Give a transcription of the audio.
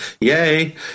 Yay